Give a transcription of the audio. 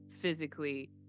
physically